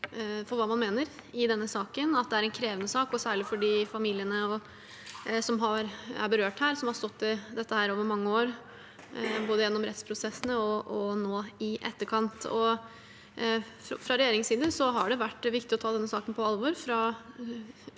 for hva man mener i denne saken, og at det er en krevende sak, særlig for de familiene som er berørt her, som har stått i dette over mange år, både gjennom rettsprosessene og nå i etterkant. Fra regjeringens side har det vært viktig å ta denne saken på alvor